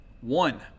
One